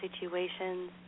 situations